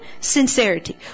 sincerity